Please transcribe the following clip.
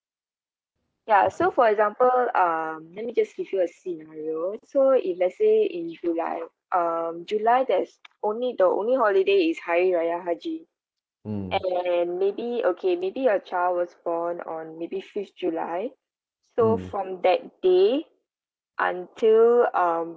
ya so for example um let me just give you a scenario so if let's say if you like um july there's only the only holiday is hari raya haji and maybe okay maybe your child was born on maybe fifth july so from that day until um